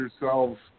yourselves